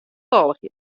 folgje